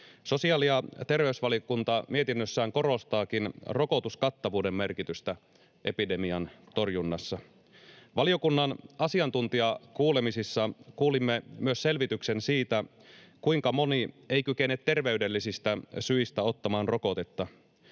Sosiaali‑ ja terveysvaliokunta mietinnössään korostaakin rokotuskattavuuden merkitystä epidemian torjunnassa. Valiokunnan asiantuntijakuulemisissa kuulimme myös selvityksen siitä, kuinka moni ei kykene terveydellisistä syistä ottamaan rokotetta.